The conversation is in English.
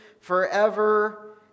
forever